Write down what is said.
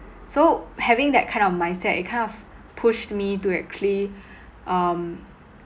so having that kind of mindset it kind of pushed me to actually um